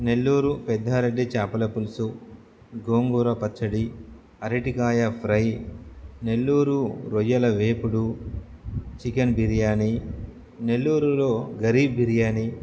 నెల్లూరు పెద్దారెడ్డి చాపల పులుసు గోంగూర పచ్చడి అరటికాయ ఫ్రై నెల్లూరు రొయ్యల వేపుడు చికెన్ బిర్యాని నెల్లూరులో గరీబ్ బిర్యాని